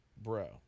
bro